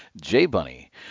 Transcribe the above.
J-Bunny